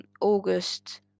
August